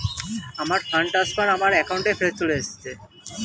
আমার fund transfer আমার অ্যাকাউন্টেই ফেরত চলে এসেছে